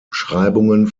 beschreibungen